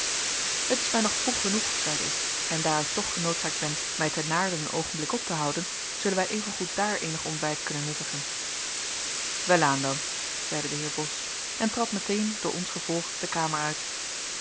het is mij nog vroeg genoeg zeide ik en daar ik toch genoodzaakt ben mij te naarden een oogenblik op te houden zullen wij evengoed daar eenig ontbijt kunnen nuttigen welaan dan zeide de heer bos en trad meteen door ons gevolgd de kamer uit